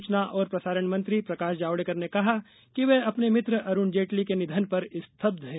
सूचना और प्रसारण मंत्री प्रकाश जावड़ेकर ने कहा कि वे अपने मित्र अरूण जेटली के निधन पर स्तब्ध हैं